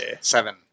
Seven